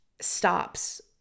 stops